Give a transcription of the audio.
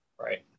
Right